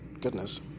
goodness